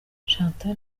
chantal